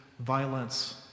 Violence